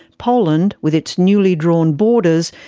poland, with its newly drawn borders,